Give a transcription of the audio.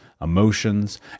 emotions